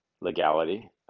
legality